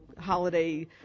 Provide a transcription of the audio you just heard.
holiday